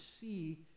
see